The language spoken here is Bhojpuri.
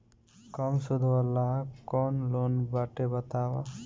कम सूद वाला कौन लोन बाटे बताव?